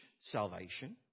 salvation